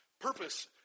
purpose